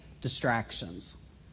distractions